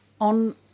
on